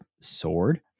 Sword